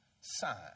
sign